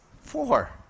four